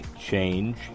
change